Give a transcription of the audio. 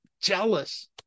jealous